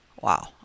Wow